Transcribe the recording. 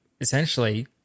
essentially